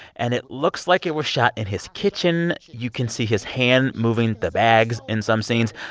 and it looks like it was shot in his kitchen. you can see his hand moving the bags in some scenes,